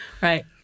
right